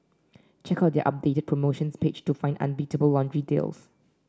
check out their updated promotions page to find unbeatable laundry deals